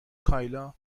کایلا